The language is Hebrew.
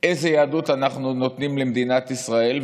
איזו יהדות אנחנו נותנים למדינת ישראל.